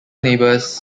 neighbors